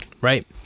Right